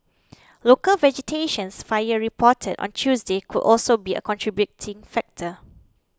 local vegetations fires reported on Tuesday could also be a contributing factor